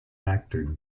actor